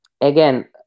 again